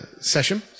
session